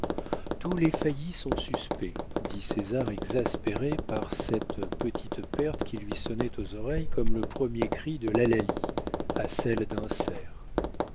tous les faillis sont suspects dit césar exaspéré par cette petite perte qui lui sonnait aux oreilles comme le premier cri de l'hallali à celles d'un cerf